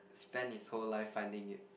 spend his whole life finding it